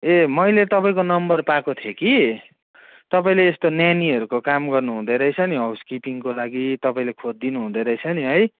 ए मैले तपाईँको नम्बर पाएको थिएँ कि तपाईँले यस्तो नानीहरूको काम गर्नुहुँदो रहेछ नि हाउसकिपिङको लागि तपाईँले खोजिदिनु हुँदोरहेछ नि है